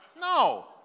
No